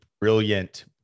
brilliant